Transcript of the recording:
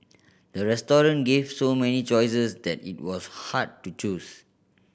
the restaurant gave so many choices that it was hard to choose